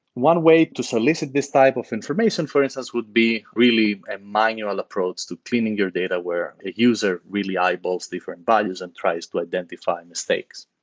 one way to solicit this type of information for instance would be really a manual approach to cleaning your data where a user really eyeballs different values and tries to identify identify mistakes.